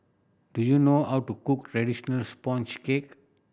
do you know how to cook traditional sponge cake